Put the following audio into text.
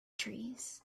trees